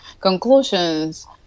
conclusions